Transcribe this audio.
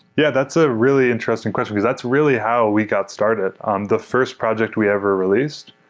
yeah, that's a really interesting question, because that's really how we got started on the first project we ever released,